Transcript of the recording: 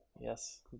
Yes